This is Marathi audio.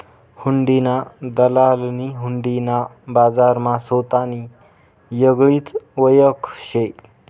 हुंडीना दलालनी हुंडी ना बजारमा सोतानी येगळीच वयख शे